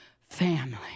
family